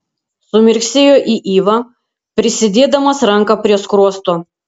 sumirksėjo į ivą prisidėdamas ranką prie skruosto